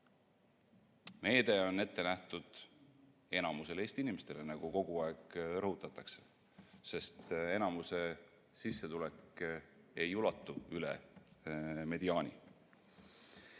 Meede on ette nähtud enamikule Eesti inimestele, nagu kogu aeg rõhutatakse, sest enamuse sissetulek ei ulatu üle mediaani. Ma